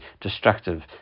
destructive